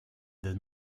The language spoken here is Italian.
del